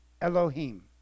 Elohim